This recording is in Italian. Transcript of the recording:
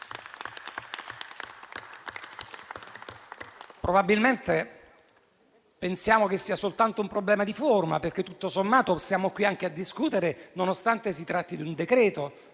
Probabilmente pensiamo che sia soltanto un problema di forma, perché tutto sommato siamo qui anche a discutere, nonostante si tratti di un decreto.